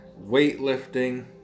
weightlifting